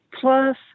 Plus